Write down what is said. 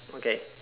okay